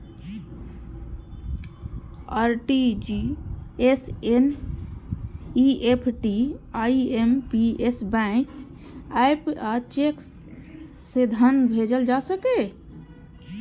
RTGS, NEFT, IMPS, bank app आ cheque सं धन भेजल जा सकैए